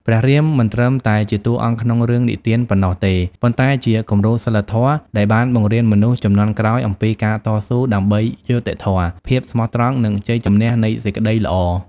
ព្រះរាមមិនត្រឹមតែជាតួអង្គក្នុងរឿងនិទានប៉ុណ្ណោះទេ ប៉ុន្តែជាគំរូសីលធម៌ដែលបានបង្រៀនមនុស្សជំនាន់ក្រោយអំពីការតស៊ូដើម្បីយុត្តិធម៌ ភាពស្មោះត្រង់ និងជ័យជម្នះនៃសេចក្ដីល្អ ។